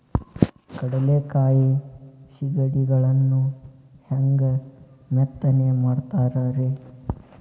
ಕಡಲೆಕಾಯಿ ಸಿಗಡಿಗಳನ್ನು ಹ್ಯಾಂಗ ಮೆತ್ತನೆ ಮಾಡ್ತಾರ ರೇ?